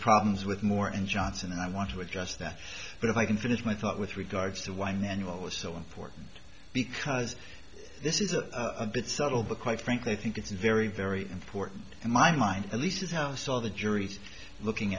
problems with more and johnson and i want to address that but if i can finish my thought with regards to why manual is so important because this is a bit subtle but quite frankly i think it's very very important in my mind to lisa's house saw the jury's looking